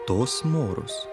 tos moros